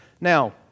Now